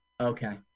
Okay